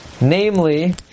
Namely